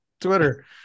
twitter